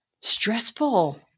Stressful